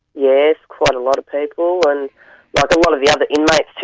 yes, quite a lot of people, and like a lot of the other inmates